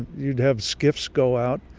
you'd have skiffs go out.